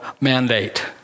mandate